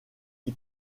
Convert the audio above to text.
qui